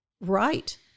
right